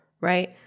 right